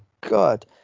God